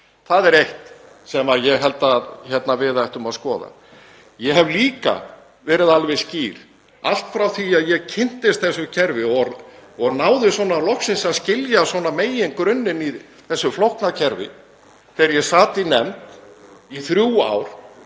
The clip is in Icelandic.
Það er eitt sem ég held að við ættum að skoða. Ég hef líka verið alveg skýr, allt frá því að ég kynntist þessu kerfi og náði loksins að skilja megingrunninn í þessu flókna kerfi þegar ég sat í nefnd í þrjú ár